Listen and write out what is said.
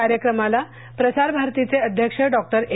कार्यक्रमाला प्रसार भारतीये अध्यक्ष डॉक्टर ए